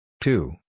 two